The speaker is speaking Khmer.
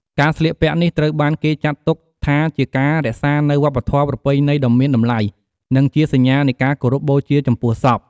ការស្លៀកពាក់នេះត្រូវបានគេចាត់ទុកថាជាការរក្សានូវវប្បធម៍ប្រពៃណីដ៏មានតម្លៃ និងជាសញ្ញានៃការគោរពបូជាចំពោះសព។